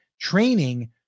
training